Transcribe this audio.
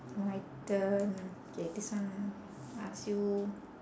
my turn okay this one I ask you